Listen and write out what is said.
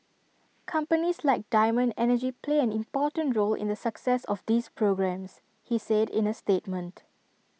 companies like diamond energy play an important role in the success of these programmes he said in A statement